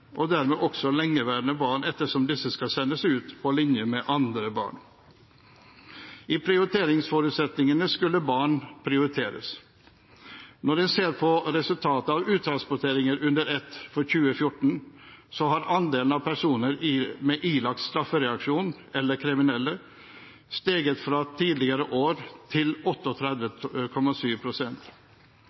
og dermed også lengeværende barn, ettersom disse skal sendes ut på linje med andre barn. I prioriteringsforutsetningene skulle barn prioriteres. Når en ser på resultatet av uttransporteringer under ett for 2014, har andelen personer med ilagt straffereaksjon, eller kriminelle, steget fra tidligere år til